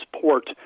port